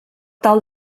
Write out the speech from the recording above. tal